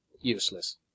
Useless